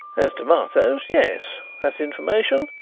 as tomatoes, yes as information,